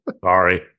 sorry